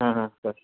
ಹಾಂ ಹಾಂ ಸರ್